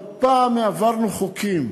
לא פעם העברנו חוקים